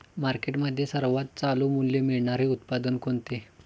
मार्केटमध्ये सर्वात चालू मूल्य मिळणारे उत्पादन कोणते?